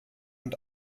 und